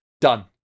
Done